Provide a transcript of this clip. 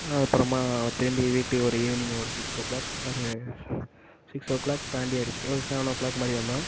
அப்புறமா திரும்பி வீட்டுக்கு ஒரு ஈவினிங் ஒரு சிக்ஸ் ஓ கிளாக் ஒரு சிக்ஸ் ஓ கிளாக் தாண்டி ஆகிடுச்சி ஒரு செவன் ஓ கிளாக் மாதிரி வந்தோம்